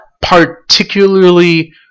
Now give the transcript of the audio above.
particularly